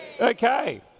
Okay